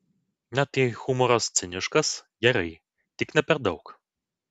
net jei humoras ciniškas gerai tik ne per daug